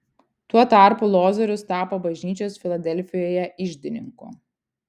tuo tarpu lozorius tapo bažnyčios filadelfijoje iždininku